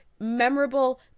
memorable